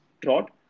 trot